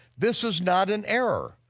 this is not an error,